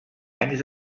anys